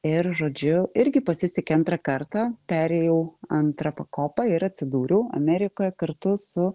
ir žodžiu irgi pasisekė antrą kartą perėjau antrą pakopą ir atsidūriau amerikoje kartu su